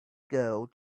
girl